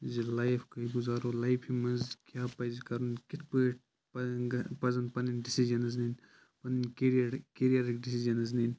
زِ لایِف اَگر گُزارُو لایِفہِ منٛز کِیٛاہ پَزِ کَرُن کِتھ پٲٹھۍ پزِ پَزَن پَنٕنۍ ڈیٚسجَنٕز نِنۍ پَنٕنۍ کَریڈ کیریَرٕکۍ ڈیٚسِجَنٕز نِنۍ